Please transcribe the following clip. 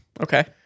Okay